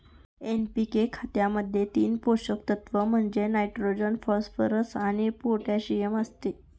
NPK खतामध्ये तीन पोषक तत्व म्हणजे नायट्रोजन, फॉस्फरस आणि पोटॅशियम असते